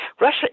Russia